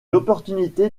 l’opportunité